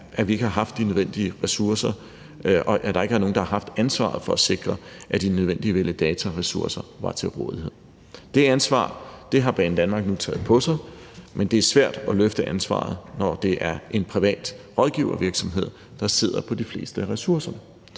at vi ikke har haft de nødvendige ressourcer, og at der ikke er nogen, der har haft ansvar for at sikre, at de nødvendige validatorressourcer var til rådighed. Det ansvar har Banedanmark nu taget på sig, men det er svært at løfte ansvaret, når det er en privat rådgivervirksomhed, der sidder på de fleste af ressourcerne.